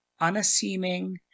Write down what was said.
unassuming